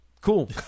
cool